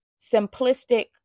simplistic